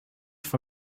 for